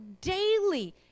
daily